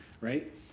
right